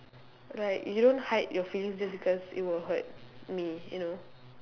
like you don't hide your feelings just because it will hurt me you know